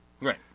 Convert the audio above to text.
Right